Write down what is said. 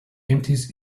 empties